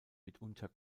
mitunter